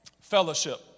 Fellowship